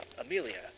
Amelia